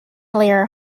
layer